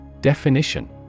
Definition